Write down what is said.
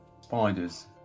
spiders